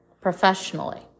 Professionally